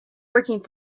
working